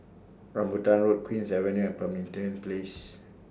Rambutan Road Queen's Avenue and Pemimpin Place